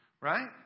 right